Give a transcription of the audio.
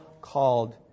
called